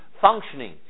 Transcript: functioning